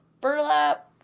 burlap